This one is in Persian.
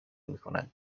میکنند